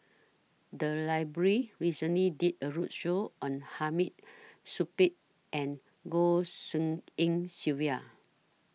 The Library recently did A roadshow on Hamid Supaat and Goh Tshin En Sylvia